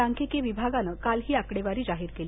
सांख्यिकी विभागानं काल ही आकडेवारी जाहीर केली